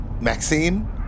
Maxine